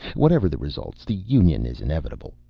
whatever the results, the union is inevitable.